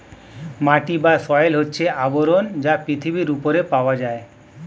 মাটি বা সয়েল হচ্ছে আবরণ যা পৃথিবীর উপরে পাওয়া যায়